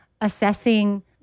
assessing